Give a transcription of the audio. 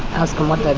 ask them like